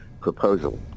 proposal